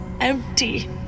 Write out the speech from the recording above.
empty